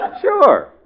Sure